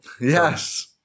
Yes